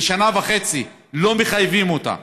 לשנה וחצי, לא מחייבים אותה.